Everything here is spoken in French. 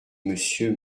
monsieur